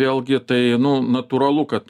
vėlgi tai nu natūralu kad